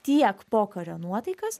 tiek pokario nuotaikas